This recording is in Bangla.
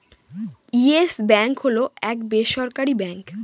ইয়েস ব্যাঙ্ক হল এক বেসরকারি ব্যাঙ্ক